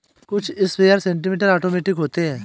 कुछ sprayer semi automatic होते हैं